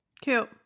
Cute